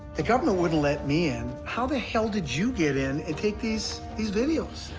the government wouldn't let me in. how the hell did you get in and take these these videos?